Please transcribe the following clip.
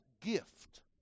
gift